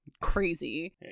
crazy